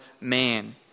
man